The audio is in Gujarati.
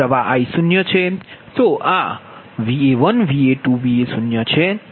તો આ Va1 Va2 Va0 છે